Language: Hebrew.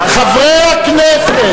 אנס, חברי הכנסת.